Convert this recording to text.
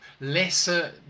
lesser